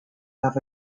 have